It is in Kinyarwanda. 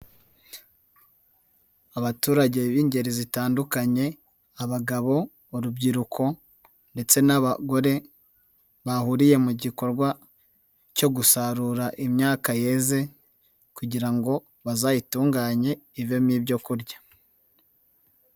Abaturage b'ingeri zitandukanye, abagabo, urubyiruko ndetse n'abagore, bahuriye mu gikorwa cyo gusarura imyaka yeze kugira ngo bazayitunganye ivemo ibyo kurya.